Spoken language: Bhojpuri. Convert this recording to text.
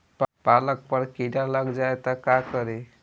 पालक पर कीड़ा लग जाए त का करी?